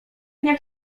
nie